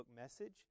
message